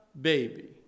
baby